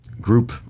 group